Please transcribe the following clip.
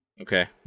Okay